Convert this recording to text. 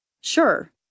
Sure